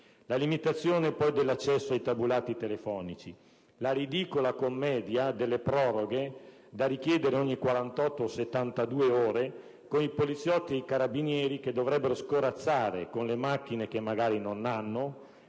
la limitazione nell'accesso ai tabulati telefonici e la ridicola commedia delle proroghe da richiedere ogni 48 o 72 ore, con i poliziotti e i carabinieri che dovrebbero scorrazzare - con le macchine che magari non hanno,